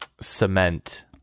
cement